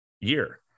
year